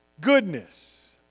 Goodness